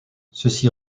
ceci